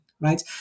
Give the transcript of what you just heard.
right